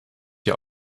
der